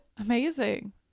Amazing